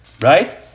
right